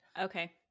Okay